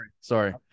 sorry